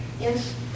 Yes